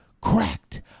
cracked